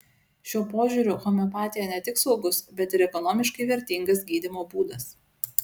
šiuo požiūriu homeopatija ne tik saugus bet ir ekonomiškai vertingas gydymo būdas